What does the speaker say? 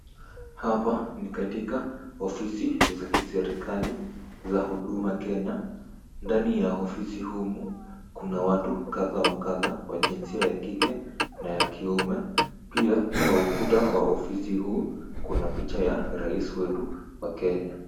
Hapa ni katika ofisi za kiserikali za Huduma Kenya. Ndani ya ofisi humu, kuna watu kadhaa wa kadhaa wa jinsia ya kike na ya kiume. Pia kwa ukuta wa ofisi huu kuna picha ya rais wetu wa Kenya.